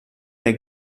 der